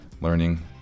learning